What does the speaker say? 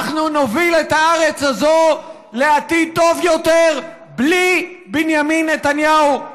אנחנו נוביל את הארץ הזו לעתיד טוב יותר בלי בנימין נתניהו,